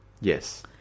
Yes